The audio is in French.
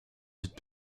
cette